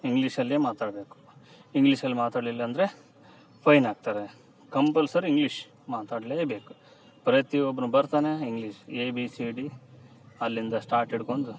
ಇಂಗ್ಲೀಷಲ್ಲೇ ಮಾತಾಡಬೇಕು ಇಂಗ್ಲೀಷಲ್ಲಿ ಮಾತಾಡಲಿಲ್ಲ ಅಂದರೆ ಫೈನ್ ಹಾಕ್ತಾರೆ ಕಂಪಲ್ಸರಿ ಇಂಗ್ಲೀಷ್ ಮಾತಾಡಲೇಬೇಕು ಪ್ರತಿಯೊಬ್ಬನು ಬರ್ತಾನೆ English A B C D ಅಲ್ಲಿಂದ ಸ್ಟಾರ್ಟ್ ಇಡ್ಕೊಂಡು